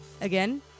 Again